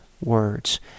words